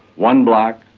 one black,